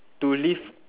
to live